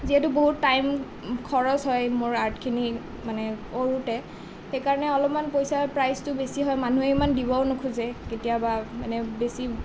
যিহেতু বহুত টাইম খৰচ হয় মোৰ আৰ্টখিনি মানে কৰোঁতে সেইকাৰণে অলপমান পইচা প্ৰাইছটো বেছি হয় মানুহে ইমান দিবও নোখোজে কেতিয়াবা মানে বেছি